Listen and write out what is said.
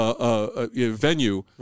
venue